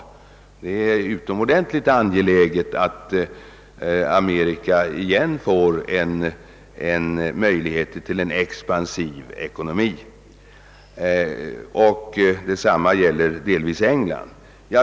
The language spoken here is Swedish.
Det är utomordentligt angeläget att Amerika åter får möjlighet till en expansiv ekonomi. Detsamma gäller också England.